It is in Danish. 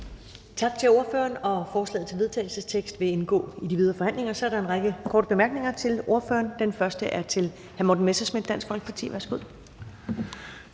Tak til ordføreren. Forslaget til vedtagelse vil indgå i den videre forhandling. Så er der en række korte bemærkninger til ordføreren. Den første er fra hr. Morten Messerschmidt, Dansk Folkeparti. Værsgo.